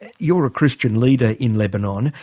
you're a christian leader in lebanon,